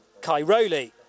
Cairoli